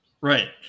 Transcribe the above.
Right